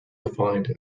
defined